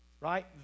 right